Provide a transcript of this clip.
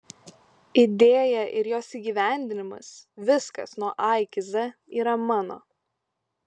idėja ir jos įgyvendinimas viskas nuo a iki z yra mano